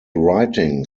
writing